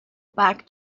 back